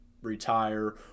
retire